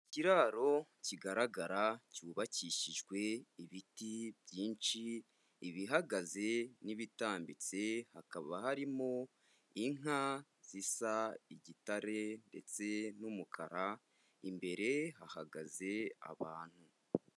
Ikiraro kigaragara cyubakishijwe ibiti byinshi, ibihagaze n'ibitambitse, hakaba harimo inka zisa igitare ndetse n'umukara, imbere hahagaze abantu.